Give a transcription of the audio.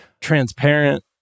transparent